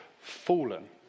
fallen